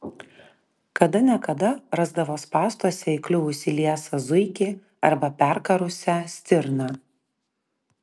kada ne kada rasdavo spąstuose įkliuvusį liesą zuikį arba perkarusią stirną